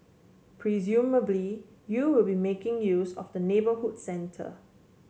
presumably you will be making use of the neighbourhoods centre